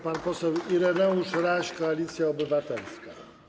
Pan poseł Ireneusz Raś, Koalicja Obywatelska.